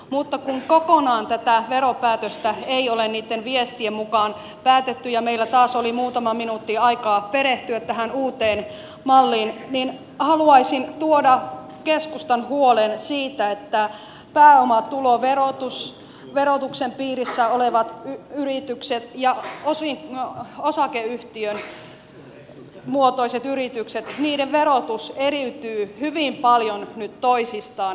mutta kun kokonaan tätä veropäätöstä ei ole niitten viestien mukaan päätetty ja meillä taas oli muutama minuutti aikaa perehtyä tähän uuteen malliin niin haluaisin tuoda keskustan huolen siitä että pääomatuloverotuksen piirissä olevien yritysten ja osakeyhtiömuotoisten yritysten verotus eriytyvät hyvin paljon nyt toisistaan